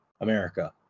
America